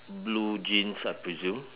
blue jeans I presume